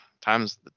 time's